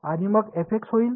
आणि मग होईल